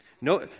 No